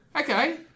Okay